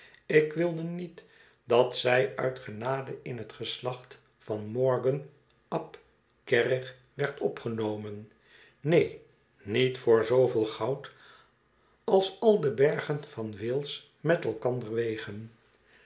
ik wilde niet dat zij uit genade in het geslacht van morgan ap kerrig werd opgenomen neen niet voor zooveel goud als al de bergen van wales met elkander wegen